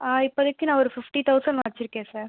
ஆ இப்போதைக்கு நான் ஒரு ஃபிஃப்டி தௌசண்ட் வச்சுருக்கேன் சார்